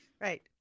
right